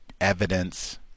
evidence